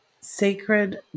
sacred